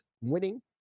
winning